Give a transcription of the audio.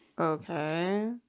Okay